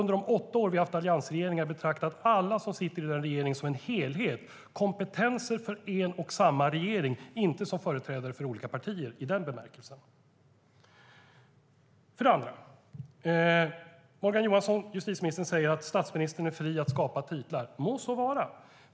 Under de åtta åren med alliansregeringen betraktade jag alla som satt i regeringen som en helhet - kompetenser för en och samma regering - inte som företrädare för olika partier i den bemärkelsen. Justitieminister Morgan Johansson säger att statsministern är fri att skapa titlar. Må så vara.